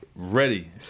Ready